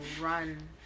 run